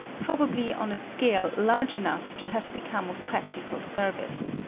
probably on a scale large enough to have become of practical service.